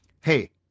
hey